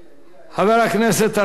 חבר הכנסת אריה אלדד.